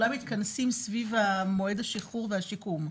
כולנו מתכנסים סביב מועד השחרור והשיקום,